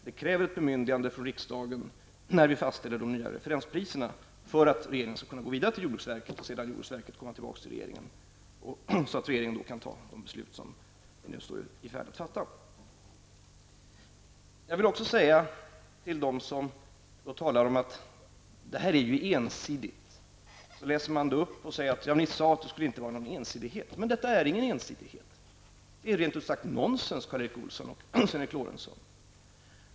Det kräver ett bemyndigande från riksdagen när de nya referenspriserna fastställs för att regeringen skall kunna gå vidare till jordbruksverket, och för att jordbruksverket sedan skall kunna komma tillbaka till regeringen så att regeringen då kan fatta de beslut som den nu står i begrepp att fatta. Till dem som talar om ensidighet och säger att det har sagts att det inte skall bli någon ensidighet, vill jag säga att detta inte är fråga om någon ensidighet. Det är rent ut sagt nonsens, Karl Erik Olsson och Sven Eric Lorentzon.